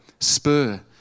spur